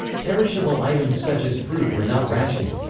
perishable items such as fruit were not rationed.